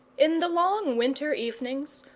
in the long winter evenings,